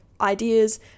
ideas